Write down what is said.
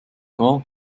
war